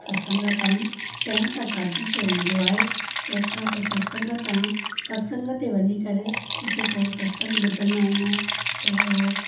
सत्संग ओ टाइम छह खां साढी छह हूंदो आहे तंहिंखां पोइ सत्संग ता सत्संग ते वञी करे उते थोरो सत्संग ॿुधंदा आहियूं थोरो